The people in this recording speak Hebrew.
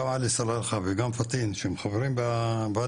גם עלי סלאלחה וגם פטין שהם חברים בוועדה,